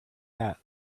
hat